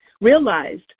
realized